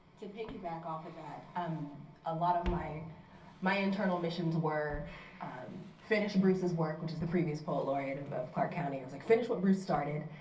to piggyback off of that, um a lot of my my internal missions were finish bruce's work, which is the previous poet laureate of of clark county, and like finish what bruce started,